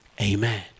Amen